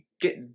get